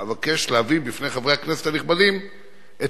אבקש להביא בפני חברי הכנסת הנכבדים את